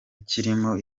kirimo